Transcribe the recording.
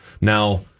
Now